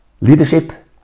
Leadership